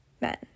men